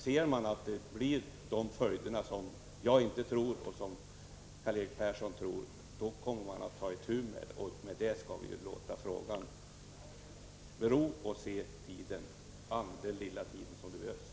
Om man kan konstatera att följderna blir de som Karl-Erik Persson befarar men som jaginte tror kommer att inträffa, då kommer regeringen att ta itu med frågan. Med detta bör vi låta saken bero tills vidare och avvakta utvecklingen under den korta tid det är fråga om.